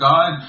God